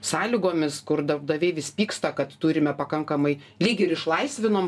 sąlygomis kur darbdaviai vis pyksta kad turime pakankamai lyg ir išlaisvinom